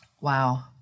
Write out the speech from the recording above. Wow